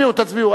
תצביעו, תצביעו.